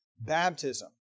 baptism